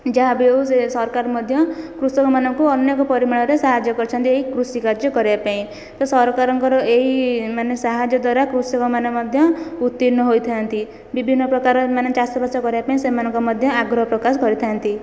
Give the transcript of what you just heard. ଯାହା ବି ହେଉ ସେ ସରକାର ମଧ୍ୟ କୃଷକମାନଙ୍କୁ ଅନେକ ପରିମାଣରେ ସାହାଯ୍ୟ କରିଛନ୍ତି ଏହି କୃଷି କାର୍ଯ୍ୟ କରିବା ପାଇଁ ତ ସରକାରଙ୍କର ଏହି ମାନେ ସାହାଯ୍ୟ ଦ୍ୱାରା କୃଷକମାନେ ମଧ୍ୟ ଉତ୍ତୀର୍ଣ୍ଣ ହୋଇଥାନ୍ତି ବିଭିନ୍ନ ପ୍ରକାର ମାନେ ଚାଷ ବାସ କରିବା ପାଇଁ ସେମାନଙ୍କ ମଧ୍ୟ ଆଗ୍ରହ ପ୍ରକାଶ କରିଥାନ୍ତି